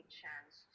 chance